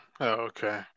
Okay